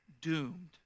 doomed